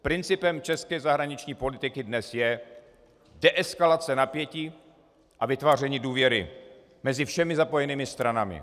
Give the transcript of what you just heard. Principem české zahraniční politiky dnes je deeskalace napětí a vytváření důvěry mezi všemi zapojenými stranami.